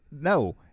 no